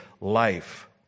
life